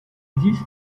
existe